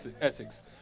Essex